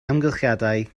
amgylchiadau